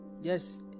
Yes